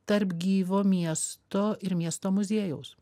tarp gyvo miesto ir miesto muziejaus